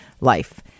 life